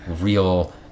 real